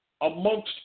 amongst